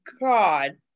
God